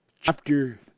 Chapter